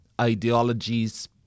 ideologies